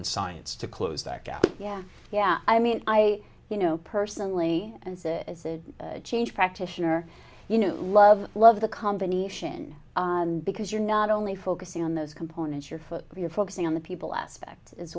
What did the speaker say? and science to close that gap yeah yeah i mean i you know personally and as a change practitioner you know love love the combination because you're not only focusing on those components your foot you're focusing on the people aspect as